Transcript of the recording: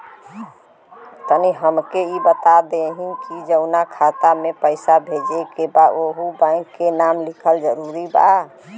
तनि हमके ई बता देही की जऊना खाता मे पैसा भेजे के बा ओहुँ बैंक के नाम लिखल जरूरी बा?